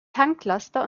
tanklaster